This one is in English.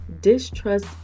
distrust